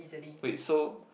wait so